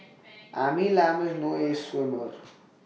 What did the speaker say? Amy Lam is no ace swimmer